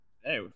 hey